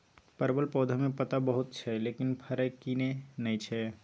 परवल पौधा में पत्ता बहुत छै लेकिन फरय किये नय छै?